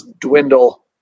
dwindle